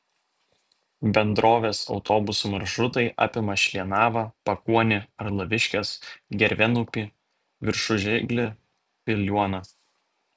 bendrovės autobusų maršrutai apima šlienavą pakuonį arlaviškes gervėnupį viršužiglį piliuoną